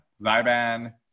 zyban